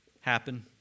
happen